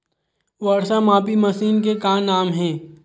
वर्षा मापी मशीन के का नाम हे?